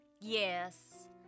Yes